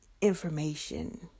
information